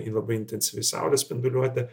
kai labai intensyvi saulės spinduliuotė